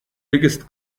biggest